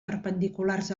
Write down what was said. perpendiculars